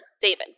David